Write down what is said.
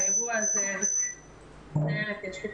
האירוע הזה נבדק על ידי